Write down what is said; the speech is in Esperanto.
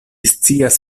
scias